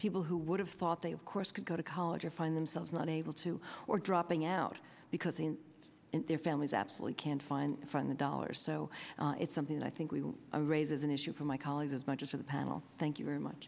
people who would have thought they have course could go to college or find themselves not able to or dropping out because their families absolutely can't find from the dollars so it's something that i think we'll raises an issue for my colleagues as much as for the panel thank you very much